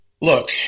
look